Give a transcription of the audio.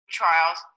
trials